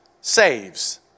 saves